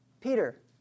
peter